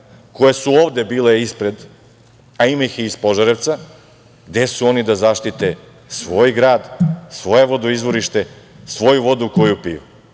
koje su ovde bile ispred, a ima ih i iz Požarevca, gde su oni da zaštite svoj grad, svoje vodoizvorište, svoju vodu koju piju?